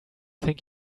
think